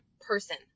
person